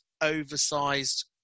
oversized